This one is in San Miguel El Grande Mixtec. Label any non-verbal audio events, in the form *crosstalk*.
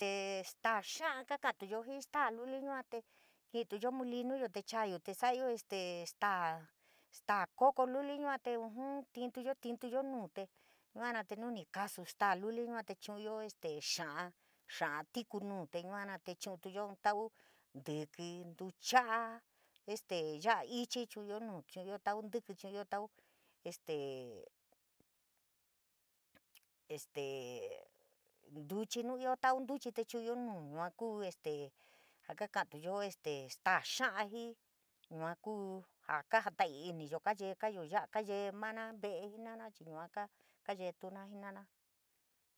Tee staa xa'a kakatuyo jii staa luli yua te ki'ituyo molinuyo te chayoo, tee sa'ayo te staa, staa kokoluli yua te ujun tintuyo, tinduyo nuu te yua na tee nu ni kasu staa luli yua te chu'unyo xá'á, xá'á tiku nuu te yuana te chu'untuyo tau ntíkí, nducha'a este ya'a ichi chu'unyo nuu, chu'unyo tau ntíkí, nducha'a este ya'a ichi chu'uyo nu chu'uyo tau ntíkí, chu'unyo tau este *hesitation* este *hesitation* nduchi nuu ioo tau ntuchi tee chu'uyo nuu, yua kuu este jaa kaka'atuyo jaa staa xá'á jii yua kuu jaa kaa jata'a iniyo kayekayo xá'á kayeemana ve'e jii na'ara chii yua kaa kayetuna jinara